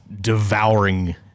devouring